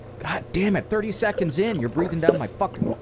god damn it. thirty seconds in you're breathing down my fucking.